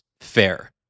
fair